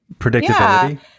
Predictability